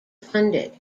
funded